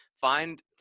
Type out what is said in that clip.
find